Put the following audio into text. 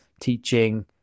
teaching